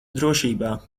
drošībā